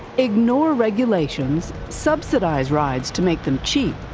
ignore regulations, subsidize rides to make them cheap,